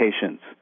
patients